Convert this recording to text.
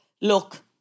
look